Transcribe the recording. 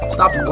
Stop